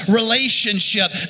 relationship